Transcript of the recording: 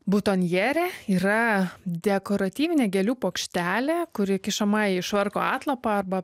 butonjerė yra dekoratyvinė gėlių puokštelė kuri kišama į švarko atlapą arba